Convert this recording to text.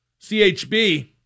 CHB